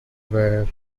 were